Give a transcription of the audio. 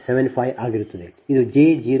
ಇದು j 0